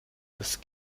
das